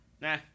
Nah